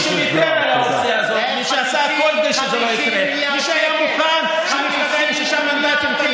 שלא היה מוכן לזוז הצידה עבור נציג מפלגתו ולהקים כאן